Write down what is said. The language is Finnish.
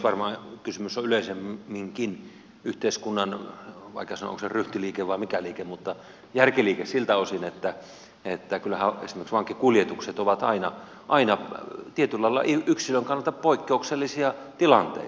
varmaan kysymys on yleisemminkin yhteiskunnan vaikea sanoa onko se ryhtiliike vai mikä liike mutta järkiliike siltä osin että kyllähän esimerkiksi vankikuljetukset ovat aina tietyllä lailla yksilön kannalta poikkeuksellisia tilanteita